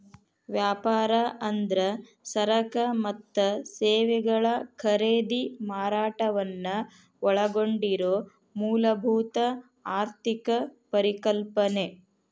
ವ್ಯಾಪಾರ ಅಂದ್ರ ಸರಕ ಮತ್ತ ಸೇವೆಗಳ ಖರೇದಿ ಮಾರಾಟವನ್ನ ಒಳಗೊಂಡಿರೊ ಮೂಲಭೂತ ಆರ್ಥಿಕ ಪರಿಕಲ್ಪನೆ